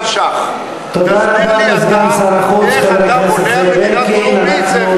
תודה רבה לסגן השר חבר הכנסת זאב אלקין.